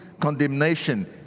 condemnation